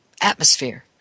atmosphere